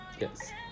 yes